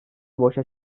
boşa